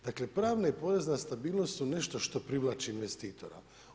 Dakle, pravna i porezna stabilnost su nešto što privlači investitora.